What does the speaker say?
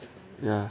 ya